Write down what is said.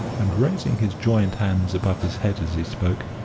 and, raising his joined hands above his head as he spoke,